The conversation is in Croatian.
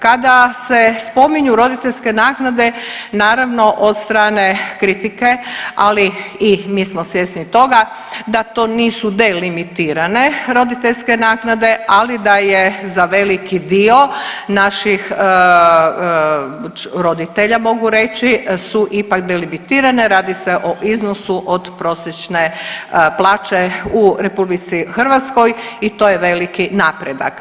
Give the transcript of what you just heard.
Kada se spominju roditeljske naknade naravno od strane kritike, ali i mi smo svjesni toga da to nisu delimitirane roditeljske naknade, ali da je za veliki dio naših roditelja mogu reći su ipak delimitirane, radi se o iznosu od prosječne plaće u RH i to je veliki napredak.